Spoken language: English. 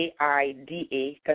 AIDA